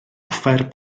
offer